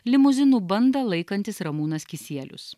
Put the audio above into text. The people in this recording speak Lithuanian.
limuzinų bandą laikantis ramūnas kisielius